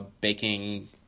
baking